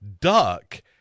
duck